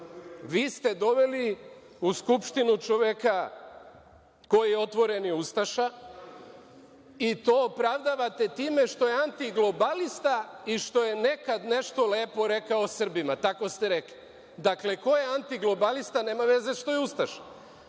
Vi ste doveli u Skupštinu čoveka koji je otvoreni ustaša i to opravdavate time što antiglobalista i što je nekad nešto lepo rekao o Srbima, tako ste rekli. Dakle, ko je antiglobalista nema veze što je ustaša. Evo